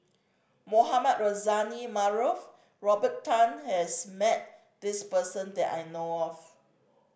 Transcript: Mohamed Rozani Maarof Robert Tan has met this person that I know of